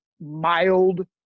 Mild